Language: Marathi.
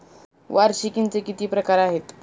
वार्षिकींचे किती प्रकार आहेत?